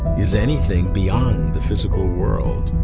is anything beyond the physical world?